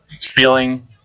feeling